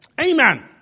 Amen